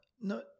No